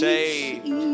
Saved